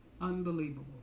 Unbelievable